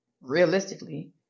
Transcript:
realistically